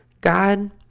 God